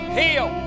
heal